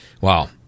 Wow